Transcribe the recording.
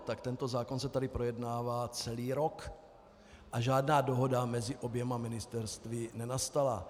Tak tento zákon se tady projednává celý rok a žádná dohoda mezi oběma ministerstvy nenastala.